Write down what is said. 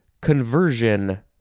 conversion